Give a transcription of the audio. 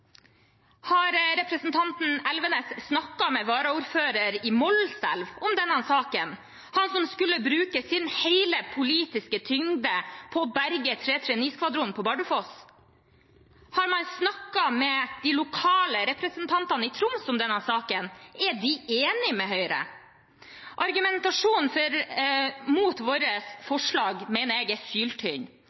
Har representanten Elvenes snakket med varaordføreren i Målselv om denne saken, han som skulle bruke hele sin politiske tyngde på å berge 339-skvadronen på Bardufoss? Har man snakket med de lokale representantene i Troms om denne saken? Er de enige med Høyre? Argumentasjonen mot vårt forslag mener jeg er syltynn.